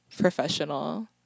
professional